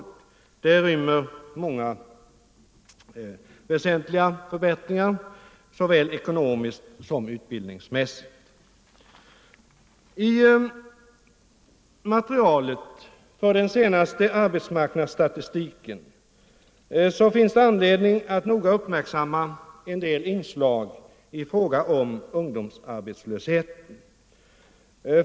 Förslaget rymmer många väsentliga förbättringar, såväl ekonomiska som utbildningsmässiga. I den senaste arbetsmarknadsstatistiken finns det anledning att noga uppmärksamma en del inslag rörande ungdomsarbetslösheten.